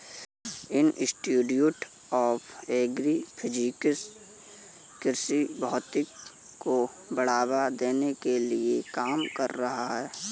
institute of agro physics कृषि भौतिकी को बढ़ावा देने के लिए काम कर रहा है